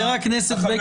חבר הכנסת בגין.